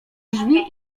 drzwi